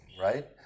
right